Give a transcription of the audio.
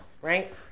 right